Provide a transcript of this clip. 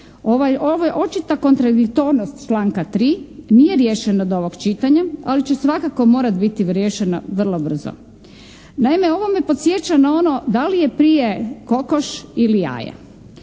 ovo je očita kontradiktornost članka 3. nije riješeno do ovog čitanja ali će svakako morati biti riješena vrlo brzo. Naime, ovo me podsjeća na ono da li je prije kokoš ili jaje.